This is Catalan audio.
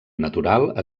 natural